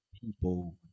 people